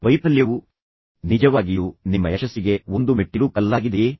ವೈಫಲ್ಯವು ನಿಜವಾಗಿಯೂ ನಿಮ್ಮ ಯಶಸ್ಸಿಗೆ ಒಂದು ಮೆಟ್ಟಿಲು ಕಲ್ಲಾಗಿದೆಯೇ